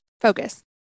focus